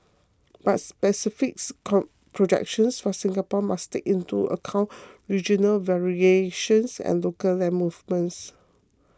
but specific projections for Singapore must take into account regional variations and local land movements